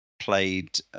played